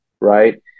right